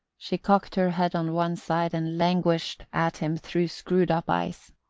she cocked her head on one side and languished at him through screwed-up eyes.